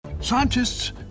Scientists